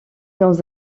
dans